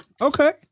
okay